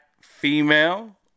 female